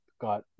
got